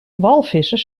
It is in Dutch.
walvissen